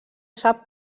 sap